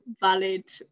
valid